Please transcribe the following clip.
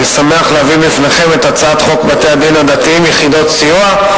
אני שמח להביא בפניכם את הצעת חוק בתי-הדין הדתיים (יחידות סיוע),